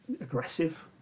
aggressive